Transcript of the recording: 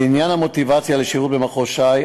לעניין המוטיבציה לשירות במחוז ש"י,